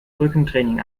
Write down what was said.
rückentraining